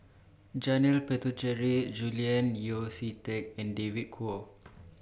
Janil Puthucheary Julian Yeo See Teck and David Kwo